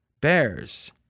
Bears